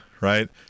right